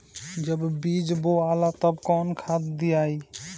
जब बीज बोवाला तब कौन खाद दियाई?